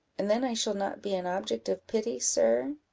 and then i shall not be an object of pity, sir?